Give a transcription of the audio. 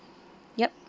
yup